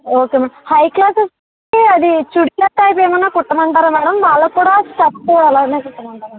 okay madam high క్లాసెస్కి అది churidar type ఏమన్న కుట్టమంటారా మేడమ్ వాళ్ళకు కూడా షర్ట్ అలాగే కుట్టమంటారా మేడమ్